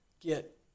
get